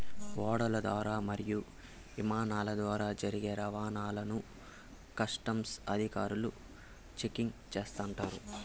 ఓడల ద్వారా మరియు ఇమానాల ద్వారా జరిగే రవాణాను కస్టమ్స్ అధికారులు చెకింగ్ చేస్తుంటారు